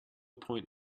point